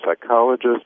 psychologist